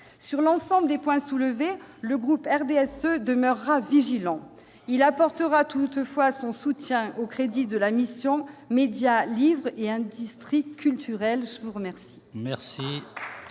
Sur l'ensemble des points soulevés, le groupe du RDSE demeurera vigilant. Il apportera toutefois son soutien aux crédits de la mission « Médias, livre et industries culturelles ». La parole